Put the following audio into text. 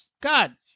God